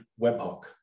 webhook